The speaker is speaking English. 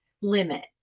limit